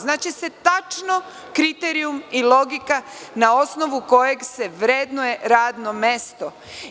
Znaće se tačno kriterijum i logika na osnovu kojeg se vrednuje radno mesto.